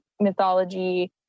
mythology